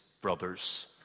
brother's